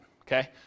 okay